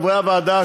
חברי הוועדה,